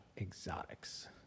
Exotics